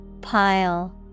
Pile